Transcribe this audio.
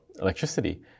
electricity